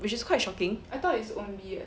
which is quite shocking